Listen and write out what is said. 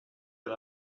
but